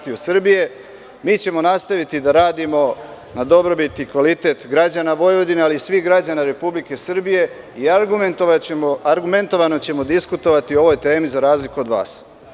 Mi ćemo nastaviti da radimo na dobrobiti i kvalitet građana Vojvodine, ali i svih građana Republike Srbije i argumentovano ćemo diskutovati o ovoj temi, za razliku od vas.